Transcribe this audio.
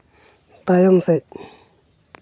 ᱛᱟᱭᱚᱢ ᱥᱮᱫ